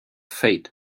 faith